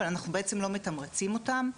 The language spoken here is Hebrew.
אבל אנחנו בעצם לא מתמרצים אותם,